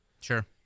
Sure